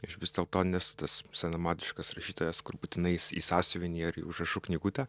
aš vis dėlto nesu tas senamadiškas rašytojas kur būtinai į s į sąsiuvinį ar į užrašų knygutę